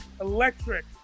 electric